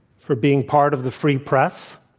for being part of the free press,